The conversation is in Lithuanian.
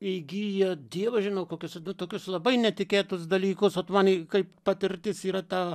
įgija dievas žino kokius du tokius labai netikėtus dalykus o tu man į kaip patirtis yra ta